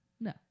No